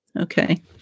Okay